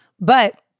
but-